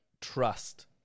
trust